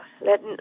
Let